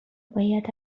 باید